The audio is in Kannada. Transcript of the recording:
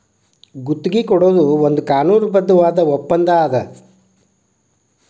ಗುತ್ತಿಗಿ ಕೊಡೊದು ಒಂದ್ ಕಾನೂನುಬದ್ಧವಾದ ಒಪ್ಪಂದಾ ಅದ